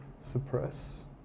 suppress